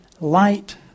light